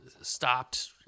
stopped